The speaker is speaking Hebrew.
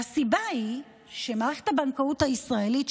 והסיבה היא שמערכת הבנקאות הישראלית,